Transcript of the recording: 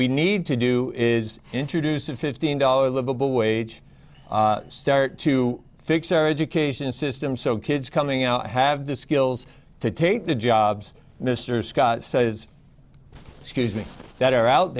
we need to do is introduce a fifteen dollars livable wage to fix our education system so kids coming out have the skills to take the jobs mr scott says excuse me that are out